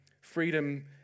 freedom